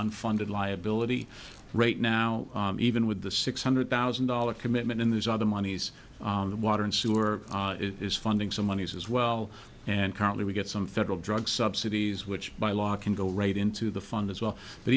unfunded liability right now even with the six hundred thousand dollars commitment in these other monies in the water and sewer is funding some monies as well and currently we get some federal drug subsidies which by law can go right into the fund as well but